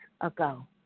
ago